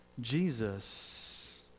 Jesus